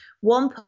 One